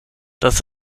das